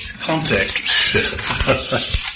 contact